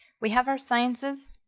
we have our sciences.